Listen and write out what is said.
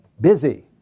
Busy